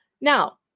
now